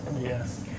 yes